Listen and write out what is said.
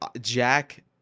Jack